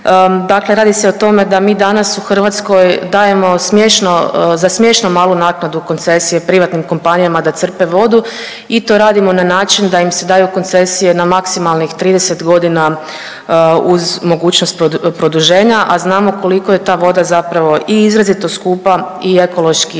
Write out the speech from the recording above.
Dakle, radi se o tome da mi danas u Hrvatskoj dajemo za smiješno malu naknadu koncesije privatnim kompanijama da crpe vodu i to radimo na način da im se daju koncesije na maksimalnih 30 godina uz mogućnost produženja, a znamo koliko je ta voda zapravo i izrazito skupa i ekološki